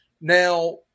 Now